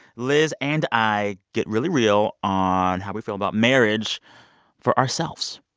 liz and i get really real on how we feel about marriage for ourselves.